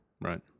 Right